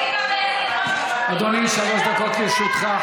אדוני, שלוש דקות לרשותך.